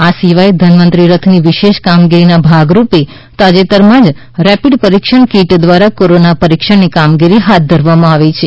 આ સિવાય ધન્વંતરી રથની વિશેષ કામગીરીના ભાગરૂપે તાજેતરમાં જ રેપીડ પરીક્ષણ કીટ દ્વારા કોરોના પરીક્ષણની કામગીરી હાથ ધરવામાં આવી છે